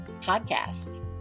podcast